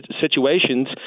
situations